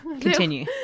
continue